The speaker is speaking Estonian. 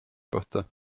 kohta